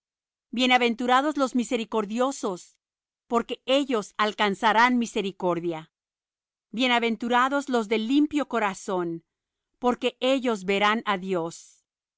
bienaventurados los misericordiosos porque ellos alcanzarán misericordia bienaventurados los de limpio corazón porque ellos verán á dios